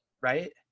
right